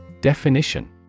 Definition